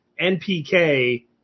NPK